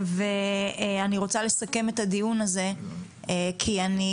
אני רוצה לסכם את הדיון הזה כי אני